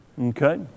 Okay